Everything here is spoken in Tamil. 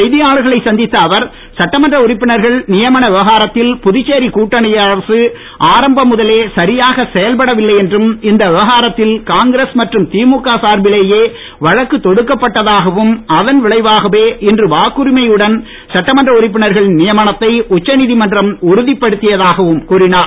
செய்தியாளர்களைச் சந்தித்த அவர் சட்டமன்ற இன்று உறுப்பினர்கள் நியமன விவகாரத்தில் புதுச்சேரி கூட்டணி அரசு ஆரம்பம் முதலே சரியாக செயல்படவில்லை என்றும் இந்த விவகாரத்தில் காங்கிரஸ் மற்றும் திமுக சார்பிலேயே வழக்கு தொடுக்கப்பட்டதாகவும் அதன் விளைவாகவே இன்று வாக்குரிமையுடன் சட்டமன்ற உறுப்பினர்களின் நியமனத்தை உச்சநீதிமன்றம் உறுதிப்படுத்தியதாகவும் கூறினார்